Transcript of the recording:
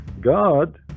God